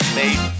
made